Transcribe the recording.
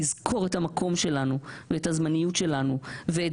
לזכור את המקום שלנו ואת הזמניות שלנו ואת